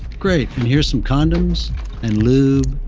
great. and here's some condoms and lube.